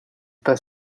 pas